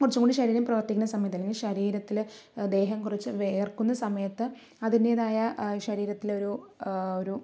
കുറച്ചും കൂടി ശരീരം പ്രവർത്തിക്കുന്ന സമയത്ത് അല്ലെങ്കിൽ ശരീരത്തില് ദേഹം കുറച്ച് വിയർക്കുന്ന സമയത്ത് അതിൻ്റെതായ ശരീരത്തില് ഒരു ഒരു